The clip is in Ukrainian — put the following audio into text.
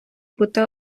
бути